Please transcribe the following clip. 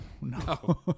No